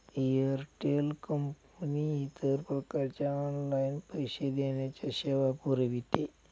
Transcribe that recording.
Airtel company इतर प्रकारच्या online पैसे देण्याच्या सेवा पुरविते